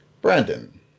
Brandon